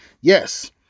Yes